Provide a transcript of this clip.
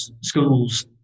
schools